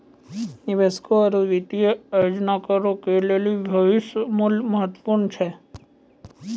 निवेशकों आरु वित्तीय योजनाकारो के लेली भविष्य मुल्य महत्वपूर्ण छै